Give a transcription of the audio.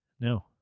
No